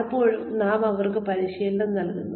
പലപ്പോഴും നാം അവർക്ക് പരിശീലനം നൽകുന്നു